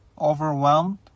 overwhelmed